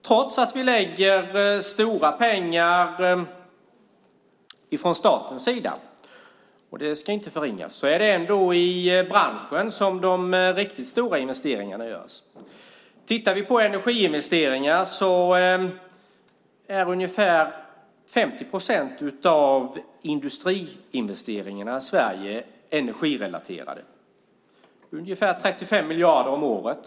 Trots att vi lägger stora pengar på investeringar från statens sida, och det ska inte förringas, är det ändå i branschen som de riktigt stora investeringarna görs. Ungefär 50 procent av industriinvesteringarna i Sverige är energirelaterade, ungefär 35 miljarder om året.